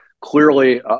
clearly